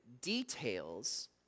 details